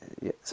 Yes